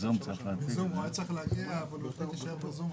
אלון זסק היה צריך להגיע לכאן אבל הוא החליט להישאר בזום.